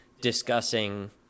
discussing